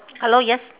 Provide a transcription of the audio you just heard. hello yes